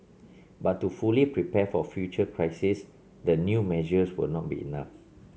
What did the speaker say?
but to fully prepare for future crises the new measures will not be enough